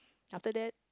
after that